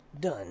done